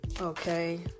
Okay